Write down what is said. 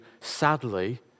sadly